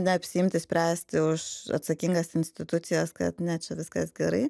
neapsiimti spręsti už atsakingas institucijas kad ne čia viskas gerai